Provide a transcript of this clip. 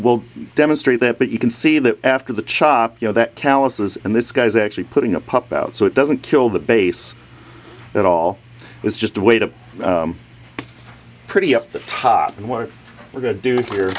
will demonstrate that but you can see that after the chop you know that calluses and this guy is actually putting a pup out so it doesn't kill the base at all it's just a way to pretty up the top and what we're going to do here